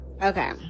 okay